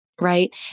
Right